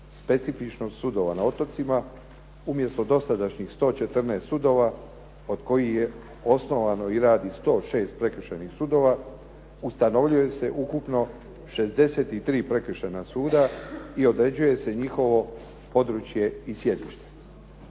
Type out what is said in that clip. specifičnost sudova na otocima umjesto dosadašnjih 114 sudova, od kojih je osnovano i radi 106 prekršajnih sudova, ustanovljuje se ukupno 63 prekršajna suda i određuje se njihovo područje i sjedište.